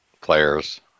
players